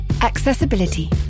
Accessibility